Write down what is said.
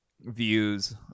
views